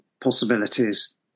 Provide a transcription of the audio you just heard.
possibilities